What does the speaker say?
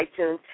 iTunes